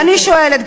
ואני שואלת,